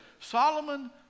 Solomon